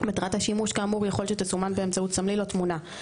מטרת השימוש כאמור יכול שתסומן באמצעות סמליל או תמונה,